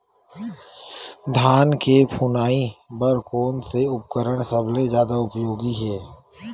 धान के फुनाई बर कोन से उपकरण सबले जादा उपयोगी हे?